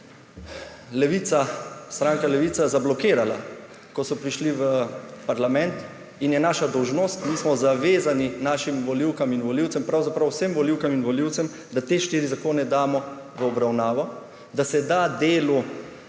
stranka Levica zablokirala, ko so prišli v parlament, in je naša dolžnost, mi smo zavezani našim volivkam in volivcem, pravzaprav vsem volivkam in volivcem, da te štiri zakone damo v obravnavo, da se da delu